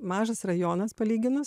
mažas rajonas palyginus